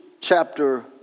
chapter